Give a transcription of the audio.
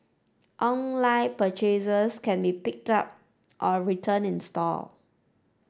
online purchases can be picked up or returned in store